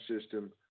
system